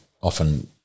often